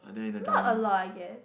not a lot I guess